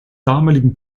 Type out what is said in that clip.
damaligen